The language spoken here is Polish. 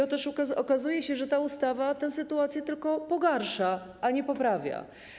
Otóż okazuje się, że ta ustawa tę sytuację tylko pogarsza, a nie poprawia.